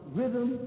rhythm